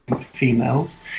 females